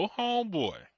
homeboy